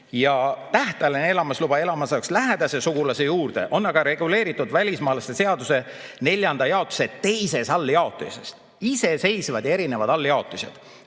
Tähtajaline elamisluba elama asumiseks lähedase sugulase juurde on aga reguleeritud välismaalaste seaduse neljanda jaotise teises alljaotises. Need on iseseisvad ja erinevad alljaotised.